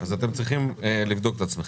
אז אתם צריכים לבדוק את עצמכם.